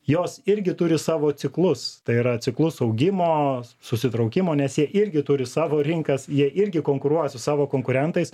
jos irgi turi savo ciklus tai yra ciklus augimo susitraukimo nes jie irgi turi savo rinkas jie irgi konkuruoja su savo konkurentais